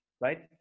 Right